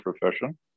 profession